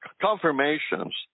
confirmations